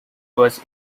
was